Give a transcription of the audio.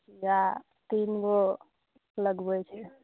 सुइया तीन गो लगबै के यऽ